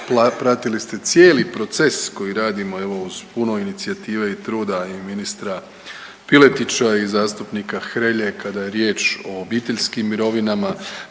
pratili ste cijeli proces koji radimo evo uz puno inicijative i truda i ministra Piletića i zastupnika Hrelje kada je riječ o obiteljskim mirovinama,